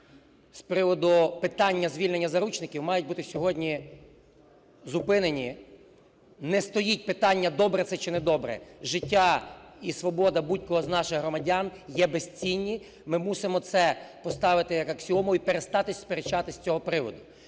з приводу питання звільнення заручників мають бути сьогодні зупинені. Не стоїть питання - добре це чи не добре, життя і свобода будь-кого з наших громадян є безцінні, ми мусимо це поставити як аксіому і перестати сперечатися з цього приводу.